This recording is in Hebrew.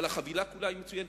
אבל החבילה כולה היא מצוינת.